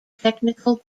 technical